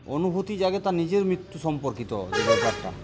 অনুভূতি জাগে তার নিজের মৃত্যু সম্পর্কিত ব্যাপারটা